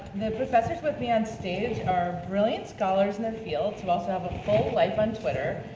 the professors with me on stage are brilliant scholars in their fields who also have a full life on twitter,